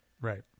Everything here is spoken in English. right